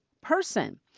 person